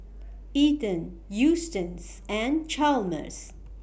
Ethen Eustace and Chalmers